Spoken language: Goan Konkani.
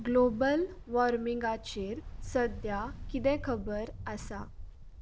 ग्लोबल वॉर्मिंगाचेर सद्या कितें खबर आसा